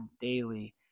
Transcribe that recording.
daily